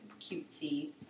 cutesy